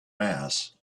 mass